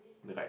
the right